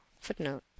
footnote